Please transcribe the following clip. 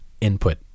input